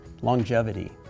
longevity